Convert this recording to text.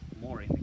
more